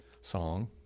song